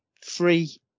free